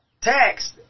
text